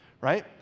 right